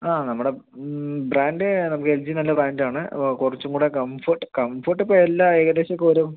ആ നമ്മുടെ ബ്രാൻ്റേ നമുക്ക് എൽ ജി നല്ല ബ്രാൻ്റാണ് കൊറച്ചും കൂടി കംഫോർട്ട് കംഫോർട്ടിപ്പോൾ എല്ലാം ഏകദേശം ഏതും